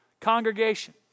congregation